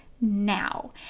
now